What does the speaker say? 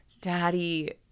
Daddy